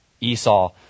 Esau